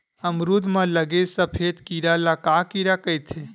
अमरूद म लगे सफेद कीरा ल का कीरा कइथे?